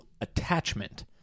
attachment